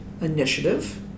Initiative